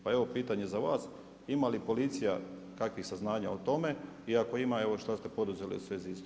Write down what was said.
Pa evo pitanje za vas, ima li policija kakvih saznanja o tome i ako ima evo šta ste poduzeli u svezi istog?